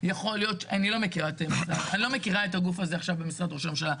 אין מי בא לקראתם ועוזר להם בזה.